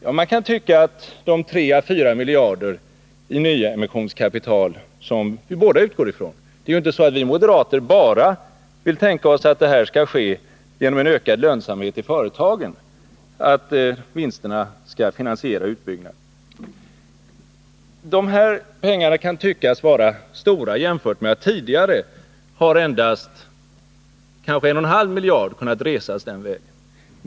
Ja, man kan tycka att de tre å fyra miljarder i nyemissionskapital som vi båda utgår ifrån blir erforderligt — det är ju inte så att vi moderater bara tänker oss att en ökad lönsamhet och vinster i företagen skall finansiera utbyggnaden — kan tyckas vara mycket jämfört med att tidigare kanske endast en och en halv miljard har kunnat resas den här vägen.